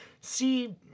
see